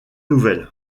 nouvelle